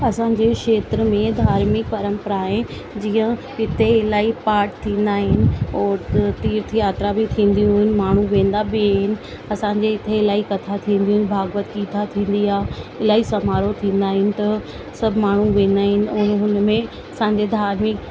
असांजे खेत्र में धार्मिक परंपराए जीअं हिते इलाही पाट थींदा आहिनि हो तीर्थ यात्रा बि थींदियूं आहिनि माण्हूं वेंदा बि आहिनि असांजे हिते इलाही कथा थींदियूं आहिनि भाॻवत गीता थींदी आहे इलाही समारो थींदा आहिनि त सभु माण्हूं वेंदा आहिनि ऐं हुनमें असांजे धार्मिक